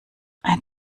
ein